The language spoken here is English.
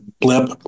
blip